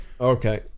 Okay